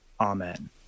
Amen